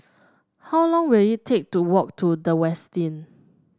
how long will it take to walk to The Westin